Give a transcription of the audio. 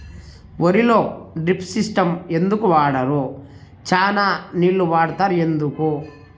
వరిలో drip system ఎందుకు వాడరు? చానా నీళ్లు వాడుతారు ఎందుకు?